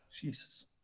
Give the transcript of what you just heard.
Jesus